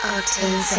Octane